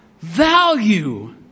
value